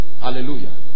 Hallelujah